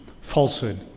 falsehood